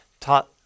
taught